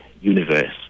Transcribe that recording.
universe